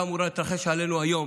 הייתה אמורה להתרגש עלינו היום